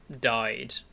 died